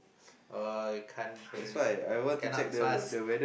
uh can't really cannot trust